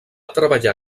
treballar